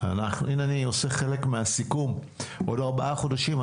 אנחנו נקיים דיון בעוד ארבעה חודשים,